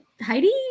Heidi